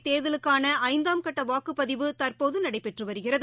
மேற்குவங்க தேர்தலுக்கானஐந்தாம் கட்டவாக்குப்பதிவு தற்போதுநடைபெற்றுவருகிறது